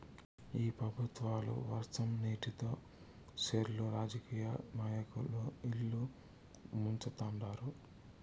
ఈ పెబుత్వాలు వర్షం నీటితో సెర్లు రాజకీయ నాయకుల ఇల్లు ముంచుతండారు